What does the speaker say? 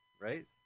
right